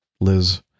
Liz